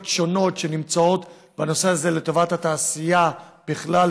שונות שנמצאות בנושא הזה לטובת התעשייה בכלל,